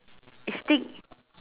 A stick